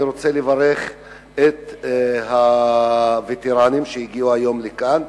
אני רוצה לברך את הווטרנים שהגיעו היום לכאן.